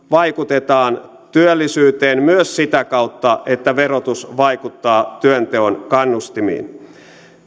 vaikutetaan työllisyyteen myös sitä kautta että verotus vaikuttaa työnteon kannustimiin